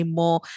more